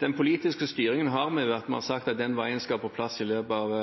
Den politiske styringen har vi ved at vi har sagt at den veien skal på plass i løpet av